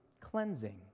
cleansing